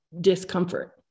discomfort